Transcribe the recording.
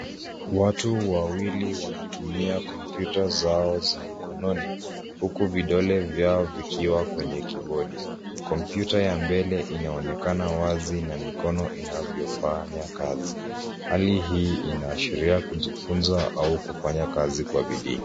Watu wawili wanatumia kompyuta zao za mkononi huku vidole vyao vikiwa kwenye kibodi. Kompyuta ya mbele inaonekana wazi na mikono inavyofanya kazi. Hali hii inashiria kujifunza au kufanya kazi kwa bidii.